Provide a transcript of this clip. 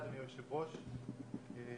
אדוני היושב-ראש, תודה.